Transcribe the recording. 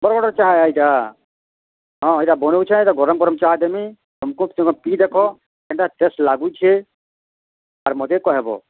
ବରଗଡ଼ର ଚାହା ଏଇଟା ହଁ ଏଇଟା ବନାଉଛେ ଏଇଟା ଗରମ୍ ଗରମ୍ ଚାହା ଦେମି ତୁମକୁ ତୁମେ ପିଇ ଦେଖ କେନ୍ତା ଟେଷ୍ଟ ଲାଗୁଛି ଆର୍ ମୋତେ କହେବ୍